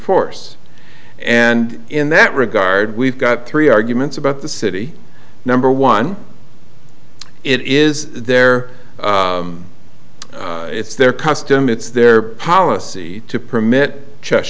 force and in that regard we've got three arguments about the city number one it is their it's their custom it's their policy to permit ches